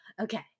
okay